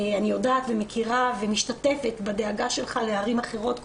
אני יודעת ומכירה ומשתתפת בדאגה שלך לערים אחרות,